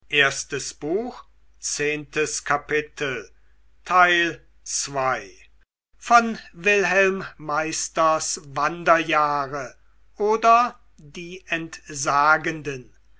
goethe wilhelm meisters wanderjahre oder die entsagenden